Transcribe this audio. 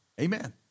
Amen